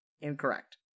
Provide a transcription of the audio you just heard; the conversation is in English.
Incorrect